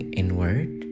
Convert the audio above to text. inward